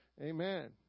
Amen